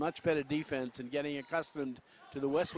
much better defense and getting accustomed to the west